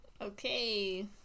Okay